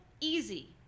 easy